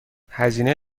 هزینه